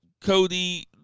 Cody